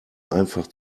einfach